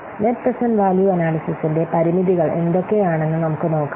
net present value അനാല്യ്സിസിന്റെ പരിമിതികൾ എന്തൊക്കെയാണെന്ന് നമുക്ക് നോക്കാം